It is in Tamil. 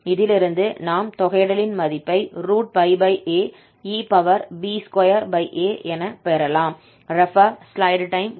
இதிலிருந்து நாம் தொகையிடலின் மதிப்பைaeb2a என பெறலாம்